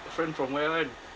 friend from where [one]